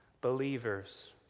believers